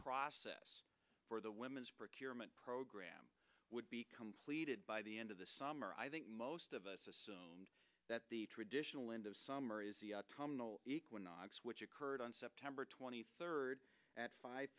process for the women's procurement program would be completed by the end of the summer i think most of us assume that the traditional end of summer is the autumnal equinox which occurred on september twenty third at five